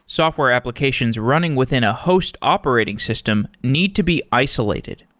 software applications running within a host operating system need to be isolated.